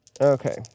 Okay